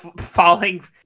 falling